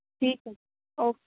ਠੀਕ ਹੈ ਜੀ ਓਕੇ